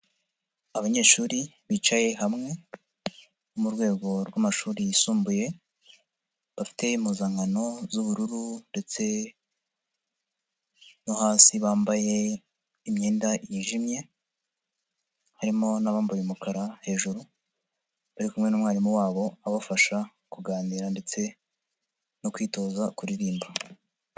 Abanyeshuri bicaye hamwe bo mu rwego rwamashuri yisumbuye, bafite impuzankano z'ubururu ndetse no hasi bambaye imyenda yijimye, harimo n'abambaye umukara hejuru, bari kumwe n'umwamwarimu wabo abafasha kuganira ndetse no kwitoza kuririmba.